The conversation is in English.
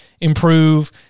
improve